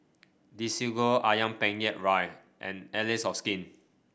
Desigual ayam Penyet Ria and Allies of Skin